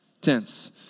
tense